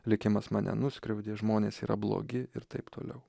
likimas mane nuskriaudė žmonės yra blogi ir taip toliau